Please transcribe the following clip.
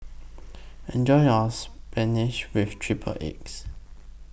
Enjoy your Spinach with Triple Eggs